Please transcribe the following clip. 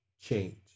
change